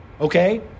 Okay